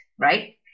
Right